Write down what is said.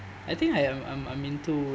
I think I am I'm I'm into